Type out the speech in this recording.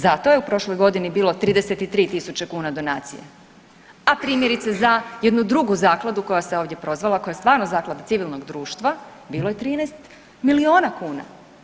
Zato je u prošloj godini bilo 33.000 kuna donacija, a primjerice za jednu drugu zakladu koja se ovdje prozvala koja je stvarno zaklada civilnog društva bilo je 13 miliona kuna.